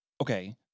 Okay